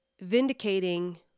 Vindicating